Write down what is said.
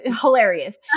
hilarious